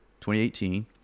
2018